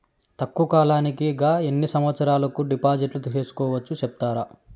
తక్కువ కాలానికి గా ఎన్ని సంవత్సరాల కు డిపాజిట్లు సేసుకోవచ్చు సెప్తారా